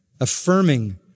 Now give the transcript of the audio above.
affirming